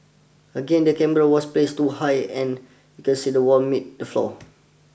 again the camera was placed too high and can see the wall meets the floor